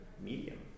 medium